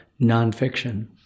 nonfiction